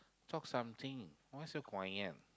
talk something why so quiet